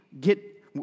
get